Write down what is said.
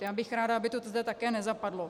Já bych ráda, aby to tu zde také nezapadlo.